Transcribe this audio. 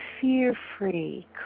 fear-free